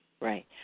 Right